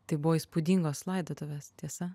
tai buvo įspūdingos laidotuvės tiesa